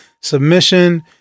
submission